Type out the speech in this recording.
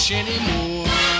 anymore